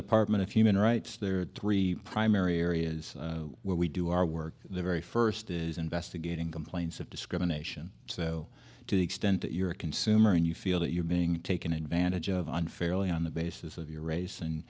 department of human rights there are three primary areas where we do our work the very first is investigating complaints of discrimination so to the extent that you're a consumer and you feel that you're being taken advantage of unfairly on the basis of your race and